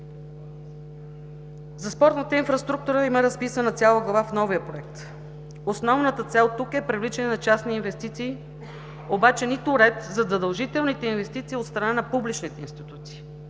За спортната инфраструктура има разписана цяла глава в новия Проект. Основната цел тук е привличане на частни инвестиции, обаче няма нито ред за задължителните инвестиции от страна на публичните институции,